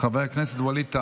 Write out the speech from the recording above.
חבר הכנסת וליד טאהא.